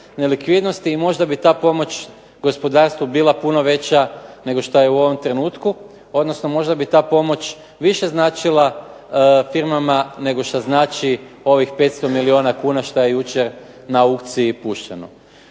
i možda bi ta pomoć gospodarstvu bila puno veća nego što je u ovom trenutku, odnosno možda bi ta pomoć više značila firmama nego što znači ovih 500 milijuna kuna što je jučer na aukciji pušteno.